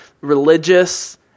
religious